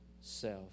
self